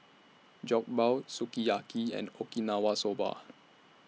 Jokbal Sukiyaki and Okinawa Soba